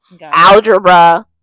algebra